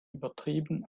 übertrieben